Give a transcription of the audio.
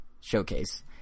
Showcase